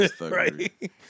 Right